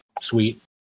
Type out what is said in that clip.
Sweet